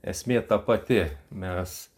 esmė ta pati mes